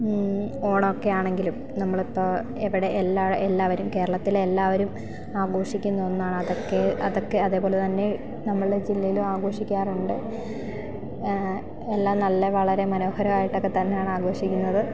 ഓണമൊക്കെ ആണെങ്കിലും നമ്മൾ ഇപ്പോൾ എവിടെ എല്ലാവരും കേരളത്തിൽ എല്ലാവരും ആഘോഷിക്കുന്ന ഒന്നാണ് അതൊക്കെ അതൊക്കെ അതേപോലെ തന്നെ നമ്മളെ ജില്ലയിലും ആഘോഷിക്കാറുണ്ട് എല്ലാം നല്ല വളരെ മനോഹരായിട്ടൊക്കെ തന്നെയാണ് ആഘോഷിക്കുന്നത്